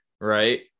right